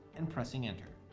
and pressing enter.